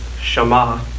Shema